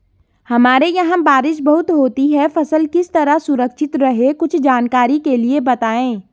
हमारे यहाँ बारिश बहुत होती है फसल किस तरह सुरक्षित रहे कुछ जानकारी के लिए बताएँ?